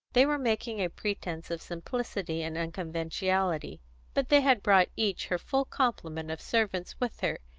they were making a pretence of simplicity and unconventionality but they had brought each her full complement of servants with her,